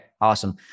Awesome